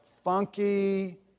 funky